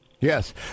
Yes